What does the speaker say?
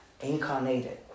incarnated